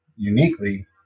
Uniquely